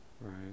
Right